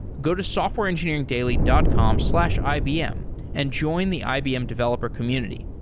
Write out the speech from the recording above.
go to softwareengineeringdaily dot com slash ibm and join the ibm developer community.